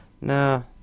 No